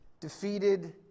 defeated